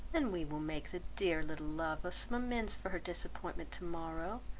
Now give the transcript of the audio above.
and we will make the dear little love some amends for her disappointment to-morrow,